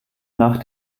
nach